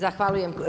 Zahvaljujem.